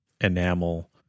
enamel